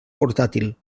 portàtil